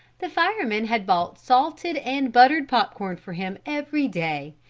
the firemen had bought salted and buttered pop-corn for him every day,